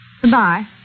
Goodbye